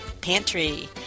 Pantry